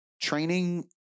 Training